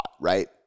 right